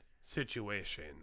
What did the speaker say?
situation